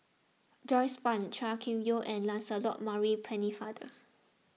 Joyce Fan Chua Kim Yeow and Lancelot Maurice Pennefather